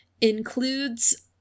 includes